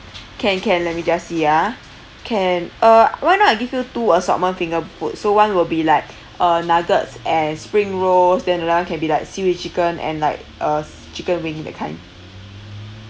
can can let me just see ah can uh why not I give you two assortment finger food so one will be like uh nuggets and spring rolls then another [one] can be like seaweed chicken and like uh s~ chicken wing that kind